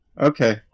okay